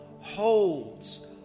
holds